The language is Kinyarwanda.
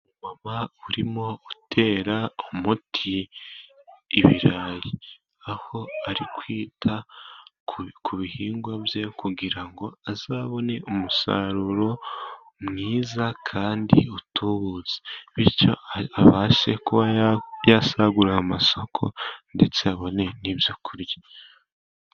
Umumama urimo utera umuti ibirayi, aho ari kwita ku bihingwa bye kugira ngo azabone umusaruro mwiza, kandi utubutse. Bityo abashe kuba yasagurira amasoko ndetse abone n'ibyo kurya.